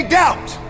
doubt